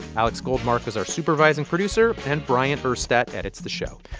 alex goldmark is our supervising producer. and bryant urstadt edits the show.